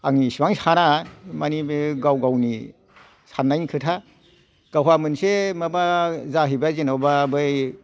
आं इसिबां साना मानि बे गाव गावनि साननायनि खोथा गावहा मोनसे माबा जाहैबाय जेनबा बै